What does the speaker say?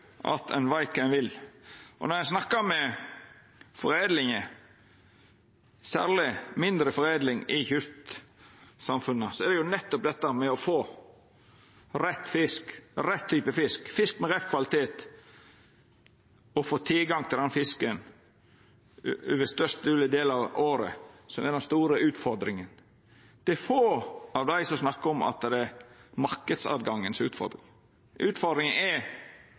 at ein veit kva ein vil. Når eg snakkar med foredlinga, og særleg mindre foredlingsbedrifter ute i kystsamfunna, er det nettopp dette med å få rett fisk, rett type fisk, fisk med rett kvalitet og få tilgang til den fisken over størst mogleg del av året som er den store utfordringa. Det er få av dei som snakkar om at det er marknadstilgangen som er utfordringa. Utfordringa er